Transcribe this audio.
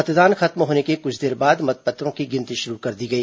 मतदान खत्म होने के कुछ देर बाद मतपत्रों की गिनती शुरू कर दी गई